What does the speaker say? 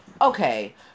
Okay